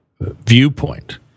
viewpoint